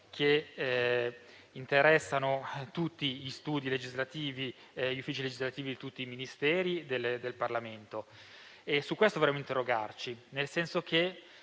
che interessano gli uffici legislativi di tutti i Ministeri e del Parlamento. Su questo dovremmo interrogarci, nel senso che